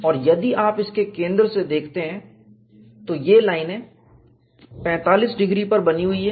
और यदि आप इसके केंद्र से देखते हैं तो यह लाइनें 45 डिग्री पर बनी हुई है